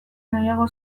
nahiago